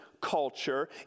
culture